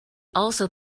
also